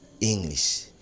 english